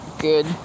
Good